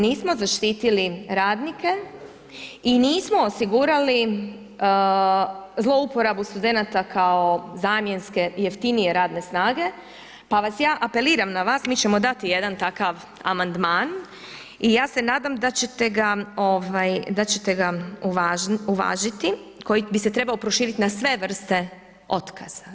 Nismo zaštitili radnike i nismo osigurali zlouporabu studenata kao zamjenske jeftinije radne snage, pa ja apeliram na vas, mi ćemo dati jedan takav amandman i ja se nadam da ćete ga uvažiti koji bi se trebao proširiti na sve vrste otkaza.